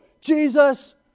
Jesus